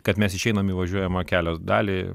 kad mes išeinam į važiuojamą kelio dalį